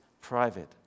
private